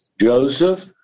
Joseph